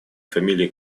фамилии